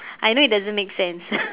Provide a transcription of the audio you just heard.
I know it doesn't make sense